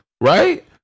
right